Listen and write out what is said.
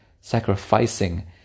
sacrificing